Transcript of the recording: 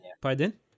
Pardon